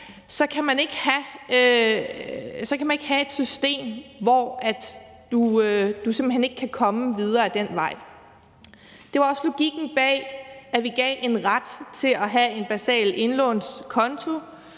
så kan man ikke have et system, hvor du simpelt hen ikke kan komme videre ad den vej. Det var også logikken bag, at vi gav en ret til at have en basal indlånskonto.